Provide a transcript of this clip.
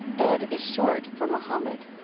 ed is short for mohammed